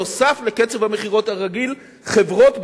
נוסף על קצב המכירות הרגיל חברות,